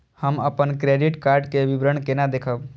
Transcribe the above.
हम अपन credit card के विवरण केना देखब?